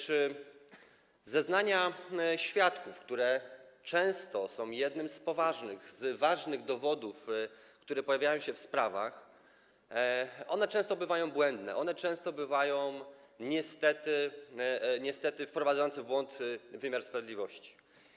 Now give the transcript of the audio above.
Zeznania świadków, które często są jednym z poważnych, z ważnych dowodów, które pojawiają się w sprawach, często bywają błędne, często niestety wprowadzają w błąd wymiar sprawiedliwości.